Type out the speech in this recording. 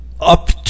up